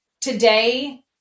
today